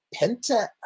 Penta